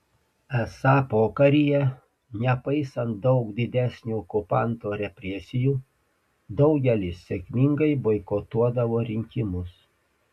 esą pokaryje nepaisant daug didesnių okupanto represijų daugelis sėkmingai boikotuodavo rinkimus